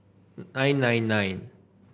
nine nine nine